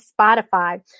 Spotify